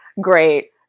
great